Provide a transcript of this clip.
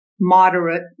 moderate